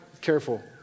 careful